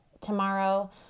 tomorrow